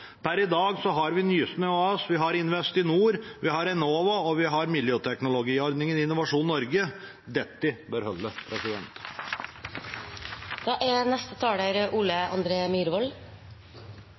Per i dag har vi Nysnø AS og Investinor, vi har Enova og miljøteknologiordningen i Innovasjon Norge. Dette bør holde.